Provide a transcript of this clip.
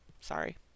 Sorry